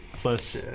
Plus